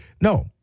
no